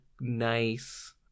nice